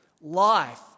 Life